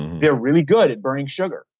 they're really good at burning sugar.